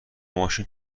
ماشین